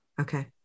Okay